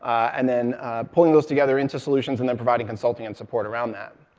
and then pulling those together into solutions, and then providing consulting and support around that.